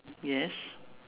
yes